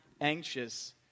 anxious